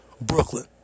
Brooklyn